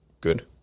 good